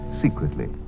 Secretly